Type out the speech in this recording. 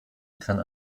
kann